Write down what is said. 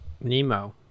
Nemo